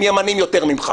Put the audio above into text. הם ימנים יותר ממך.